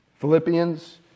Philippians